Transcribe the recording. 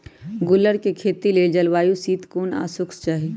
गुल्लर कें खेती लेल जलवायु शीतोष्ण आ शुष्क चाहि